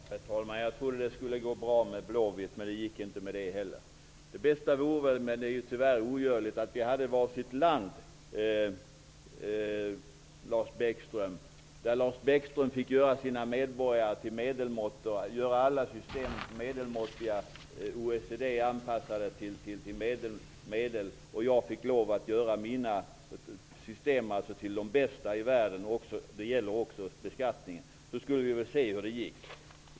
Herr talman! Jag trodde att det skulle gå bra att göra en liknelse med blåvitt, men det gick inte det heller. Det bästa vore att Lars Bäckström och jag hade varsitt land, men det är tyvärr ogörligt. Där fick Lars Bäckström göra sina medborgare till medelmåttor och anpassa systemet till medelmåttorna och jag fick göra mina system till de bästa i världen. Det gäller också beskattningen. Då skulle vi se hur det gick.